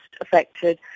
affected